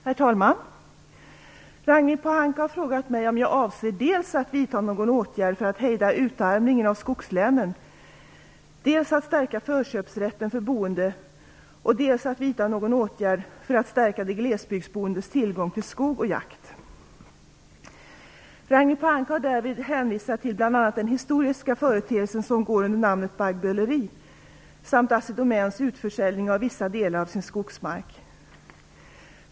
Herr talman! Ragnhild Pohanka har frågat mig om jag avser dels att vidta någon åtgärd för att hejda utarmningen av skogslänen, dels att stärka förköpsrätten för boende och dels att vidta någon åtgärd för att stärka de glesbygdsboendes tillgång till skog och jakt. Ragnhild Pohanka har härvid hänvisat till bl.a. den historiska företeelsen som går under namnet baggböleri samt till Assi Domäns utförsäljning av vissa delar av sin skogsmark.